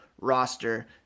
roster